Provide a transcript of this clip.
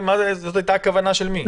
זאת הייתה הכוונה של מי?